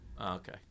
okay